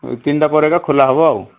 ଏଇ ତିନିଟା ପରେ ଏକା ଖୋଲା ହେବ ଆଉ